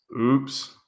Oops